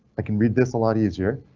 i can read this a lot easier.